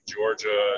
Georgia